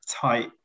tight